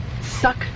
Suck